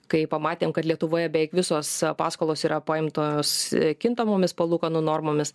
kai pamatėm kad lietuvoje beveik visos paskolos yra paimtos kintamomis palūkanų normomis